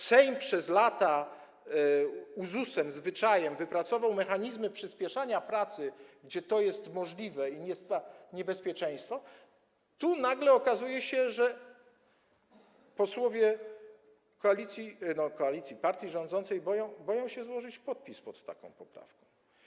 Sejm przez lata uzusem, zwyczajem wypracował mechanizmy przyspieszania pracy, gdzie to jest możliwe i nie stwarza niebezpieczeństwa, i nagle okazuje się, że posłowie koalicji, partii rządzącej boją się złożyć podpis pod taką poprawką.